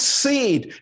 seed